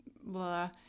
blah